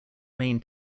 main